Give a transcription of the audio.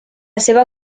seva